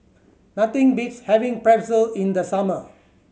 nothing beats having Pretzel in the summer